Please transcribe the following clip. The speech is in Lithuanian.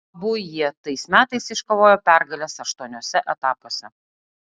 abu jie tais metais iškovojo pergales aštuoniuose etapuose